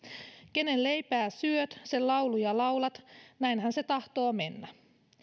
kenen leipää syöt sen lauluja laulat näinhän se tahtoo mennä